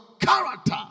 character